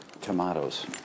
tomatoes